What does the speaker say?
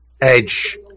Edge